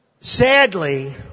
Sadly